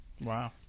Wow